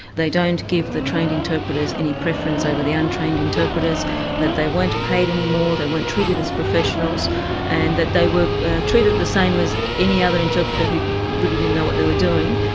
they don't give the trained interpreters any preference over the untrained interpreters that they weren't paid any more they weren't treated as professionals and that they were treated the same as any other interpreter who really didn't know what they were doing.